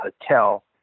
hotel